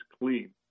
clean